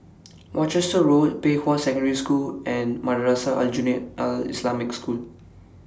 Worcester Road Pei Hwa Secondary School and Madrasah Aljunied Al Islamic School